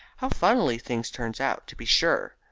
how funnily things turn out, to be sure!